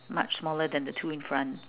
much smaller than the two in front